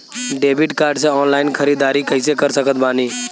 Debit card से online ख़रीदारी कैसे कर सकत बानी?